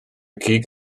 cig